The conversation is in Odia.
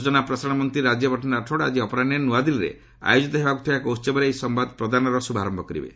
ସୂଚନା ପ୍ରସାରଣ ମନ୍ତ୍ରୀ ରାଜ୍ୟବର୍ଦ୍ଧନ ରାଠୋର ଆଜି ଅପରାହ୍ନରେ ନୂଆଦିଲ୍ଲୀରେ ଆୟୋଜିତ ହେବାକୁ ଥିବା ଏକ ଉତ୍ସବରେ ଏହି ସମ୍ଭାଦ ପ୍ରଦାନର ଶୁଭାରମ୍ଭ କରିବେ